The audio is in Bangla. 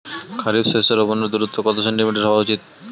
খারিফ শস্য রোপনের দূরত্ব কত সেন্টিমিটার হওয়া উচিৎ?